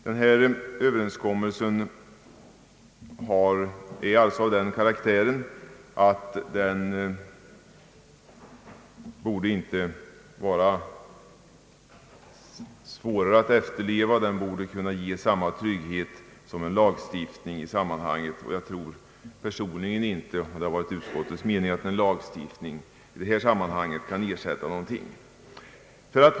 Denna överenskommelse är alltså av den karaktären att den inte borde vara svårare att efterleva än en lag; den borde kunna ge samma trygghet som en lagstiftning i sammanhanget. Jag tror personligen inte att det varit utskottets mening att en lagstiftning kan vara en ersättning för någonting.